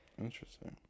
Interesting